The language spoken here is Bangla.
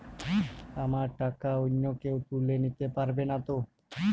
আমার টাকা অন্য কেউ তুলে নিতে পারবে নাতো?